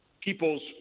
people's